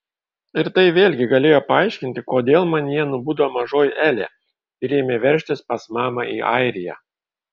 ir tai vėlgi galėjo paaiškinti kodėl manyje nubudo mažoji elė ir ėmė veržtis pas mamą į airiją